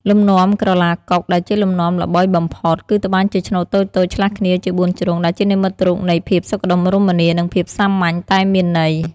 លំនាំ ក្រឡាកុក ដែលជាលំនាំល្បីបំផុត គឺត្បាញជាឆ្នូតតូចៗឆ្លាស់គ្នាជាបួនជ្រុង ដែលជានិមិត្តរូបនៃភាពសុខដុមរមនា និងភាពសាមញ្ញតែមានន័យ។